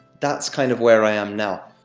that's, kind of, where i am now.